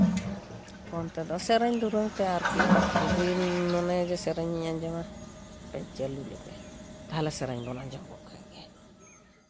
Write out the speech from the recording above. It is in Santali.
ᱯᱷᱳᱱ ᱛᱮᱫᱚ ᱥᱮᱨᱮᱧ ᱫᱩᱨᱟᱹᱝ ᱛᱮ ᱟᱨᱠᱤ ᱡᱩᱫᱤᱢ ᱢᱚᱱᱮᱭᱟ ᱡᱮ ᱥᱮᱨᱮᱧᱤᱧ ᱟᱸᱡᱚᱢᱟ ᱦᱟᱯᱮᱧ ᱪᱟᱞᱩ ᱞᱮᱜᱮ ᱛᱟᱦᱚᱞᱮ ᱥᱮᱨᱮᱧ ᱵᱚᱱ ᱟᱸᱡᱚᱢ ᱜᱚᱫ ᱠᱮᱫ ᱜᱮ